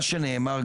מה שנאמר,